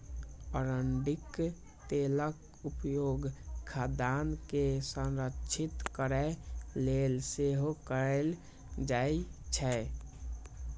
अरंडीक तेलक उपयोग खाद्यान्न के संरक्षित करै लेल सेहो कैल जाइ छै